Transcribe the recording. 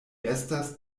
estas